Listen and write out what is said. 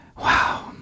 wow